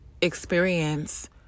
experience